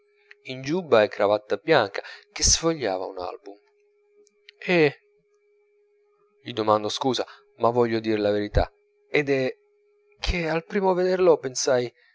in giubba e cravatta bianca che sfogliava un album e gli domando scusa ma voglio dir la verità ed è che al primo vederlo pensai